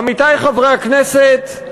עמיתי חברי הכנסת,